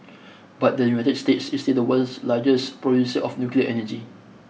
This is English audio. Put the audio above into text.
but the United States is still the world's largest producer of nuclear energy